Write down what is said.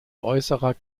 äußerer